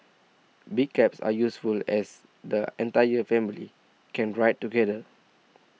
big cabs are useful as the entire family can ride together